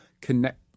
Connect